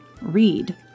Read